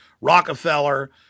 Rockefeller